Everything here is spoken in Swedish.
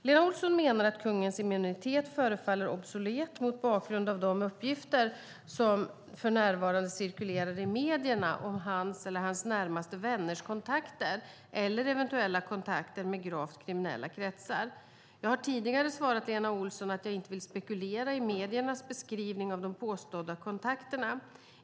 Lena Olsson menar att kungens immunitet förefaller obsolet mot bakgrund av de uppgifter som för närvarande cirkulerar i medierna om hans eller hans närmaste vänners kontakter eller eventuella kontakter med gravt kriminella kretsar. Jag har tidigare svarat Lena Olsson att jag inte vill spekulera i mediernas beskrivning av de påstådda kontakterna.